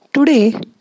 Today